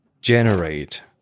Generate